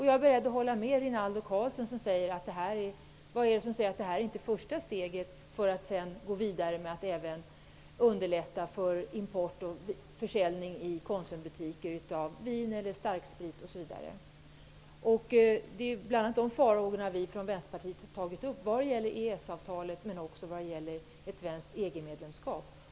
Jag är beredd att hålla med Rinaldo Karlsson som undrar vad det är som säger att detta förslag inte är ett första steg i att sedan gå vidare och underlätta för import och försäljning av vin och starksprit i exempelvis konsumbutiker. Bl.a. sådana farhågor har vi i Vänsterpartiet tagit upp i fråga om EES-avtalet och ett svenskt EG medlemskap.